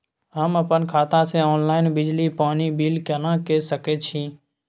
हम अपन खाता से ऑनलाइन बिजली पानी बिल केना के सकै छी?